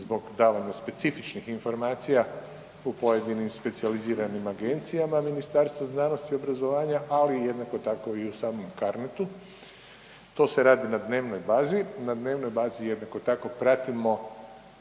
zbog davanja specifičnih informacija u pojedinim specijaliziranim Agencijama Ministarstva znanosti i obrazovanja, ali i jednako tako i u samom CARNET-u, to se radi na dnevnoj bazi. Na dnevnoj bazi jednako tako pratimo